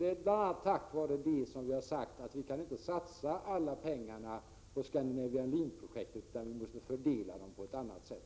Det är bl.a. därför som vi har sagt att vi inte kan satsa alla pengar på Scandinavian Link-projektet, utan de måste fördelas på ett annat sätt.